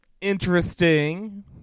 interesting